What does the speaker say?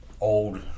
old